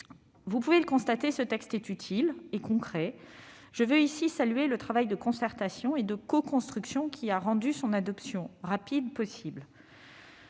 vous pouvez le constater : ce texte est utile et concret. Je veux ici saluer le travail de concertation et de coconstruction qui a rendu possible son adoption rapide.